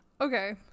Okay